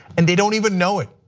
and they don't even know it.